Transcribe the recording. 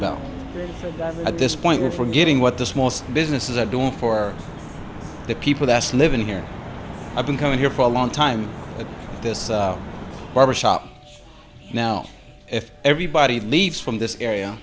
about at this point we're forgetting what the small businesses are doing for the people that's living here i've been coming here for a long time at this barber shop now if everybody leaves from this area